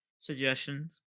suggestions